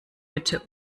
bitte